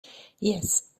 yes